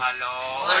ah no,